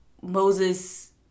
Moses